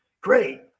great